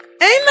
Amen